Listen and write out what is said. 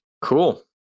cool